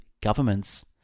governments